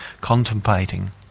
contemplating